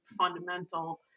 fundamental